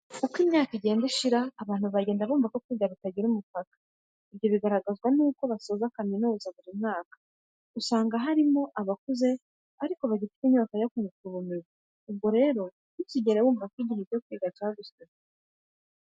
Uko imyaka igenda ishira, abantu bagenda bumva ko kwiga bitagira umupaka. Ibyo bigaragazwa n'abantu basoza kaminuza buri mwaka. Usanga harimo abakuze ariko bagifite inyota yo kunguka ubumenyi. Ubwo rero ntuzigere wumva ko igihe cyo kwiga cyagusize.